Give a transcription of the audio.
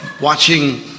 watching